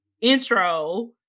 intro